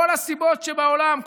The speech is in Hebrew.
כל הסיבות שבעולם,